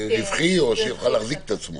רווחי או כדי שהוא יוכל להחזיק את עצמו?